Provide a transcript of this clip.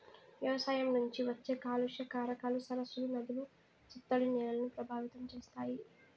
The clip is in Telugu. వ్యవసాయం నుంచి వచ్చే కాలుష్య కారకాలు సరస్సులు, నదులు, చిత్తడి నేలలను ప్రభావితం చేస్తాయి